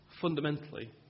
fundamentally